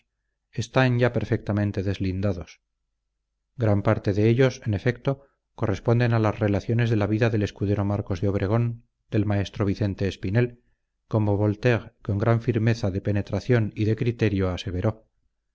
están ya perfectamente deslindados gran parte de ellos en efecto corresponden a las relaciones de la vida del escudero marcos de obregón del maestro vicente espinel como voltaire con gran firmeza de penetración y de criterio aseveró